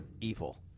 evil